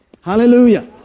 Hallelujah